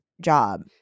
job